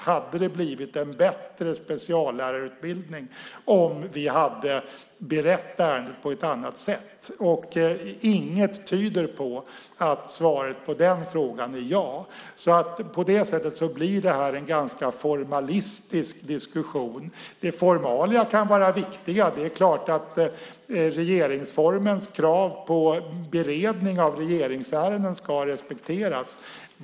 Hade det blivit en bättre speciallärarutbildning om vi hade berett ärendet på ett annat sätt? Inget tyder på att svaret på den frågan är ja. På det sättet blir det här en ganska formalistisk diskussion. Formalia kan vara viktigt. Det är klart att regeringsformens krav på beredning av regeringsärenden ska respekteras.